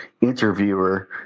interviewer